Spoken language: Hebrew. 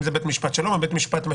אם בבית משפט שלום ואם במחוזי.